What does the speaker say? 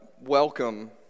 Welcome